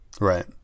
Right